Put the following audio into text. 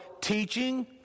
teaching